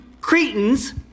Cretans